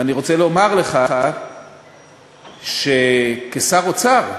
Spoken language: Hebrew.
ואני רוצה לומר לך שכשר האוצר,